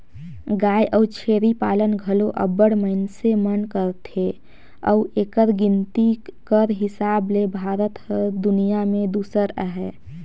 गाय अउ छेरी पालन घलो अब्बड़ मइनसे मन करथे अउ एकर गिनती कर हिसाब ले भारत हर दुनियां में दूसर अहे